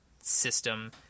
system